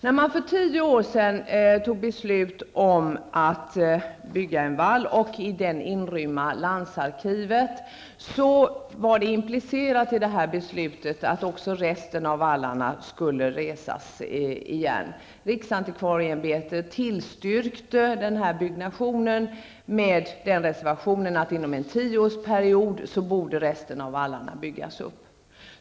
När man för tio år sedan fattade beslut om att bygga en vall och i den inrymma landsarkivet var det implicerat i detta beslut att också resten av vallarna skulle resas igen. Riksantikvarieämbetet tillstyrkte byggnationen, med den reservationen att resten av vallarna borde byggas upp inom en tioårsperiod.